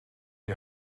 die